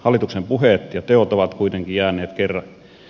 hallituksen puheet ja teot ovat kuitenkin ristiriidassa